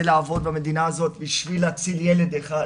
לעבוד במדינה הזאת בשביל להציל ילד אחד.